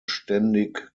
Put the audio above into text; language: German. ständig